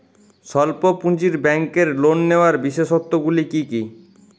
স্বল্প পুঁজির ব্যাংকের লোন নেওয়ার বিশেষত্বগুলি কী কী?